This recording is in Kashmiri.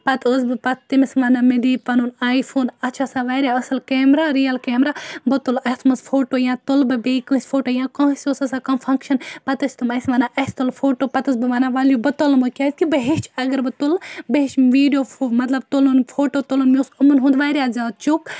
پَتہٕ ٲسٕس بہٕ پَتہٕ تٔمِس وَنان مےٚ دِ یہِ پَنُن آے فون اَتھ چھِ آسان واریاہ اصٕل کیٚمرا رِیَل کیٚمرا بہٕ تُلہٕ اَتھ مَنٛز فوٹوٗ یا تُلہِ بہٕ بیٚیہِ کٲنٛسہِ فوٹوٗ یا کٲنٛسہِ اوس آسان کانٛہہ فَنگشَن پَتہٕ ٲسۍ تِم اَسہِ وَنان اَسہِ تُل فوٹوٗ پَتہٕ ٲسٕس بہٕ وَنان وَلہٕ بہٕ تُلہٕ کیٛازِ کہِ بہٕ ہیٚچھِ اگر بہٕ تُلہٕ بہٕ ہیٚچھِ ویٖڈیو فو مطلب تُلُن فوٹوٗ تُلُن مےٚ اوس یِمَن ہُنٛد واریاہ زیادٕ شوق